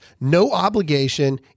no-obligation